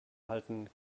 halten